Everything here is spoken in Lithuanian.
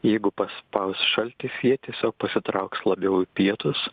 jeigu paspaus šaltis jie tiesiog pasitrauks labiau į pietus